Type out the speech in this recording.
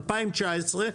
2019,